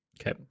Okay